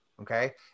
Okay